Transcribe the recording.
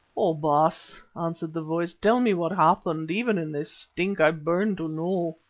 oh! baas, answered the voice, tell me what happened. even in this stink i burn to know.